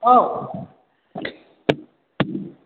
औ